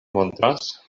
montras